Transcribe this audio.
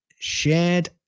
shared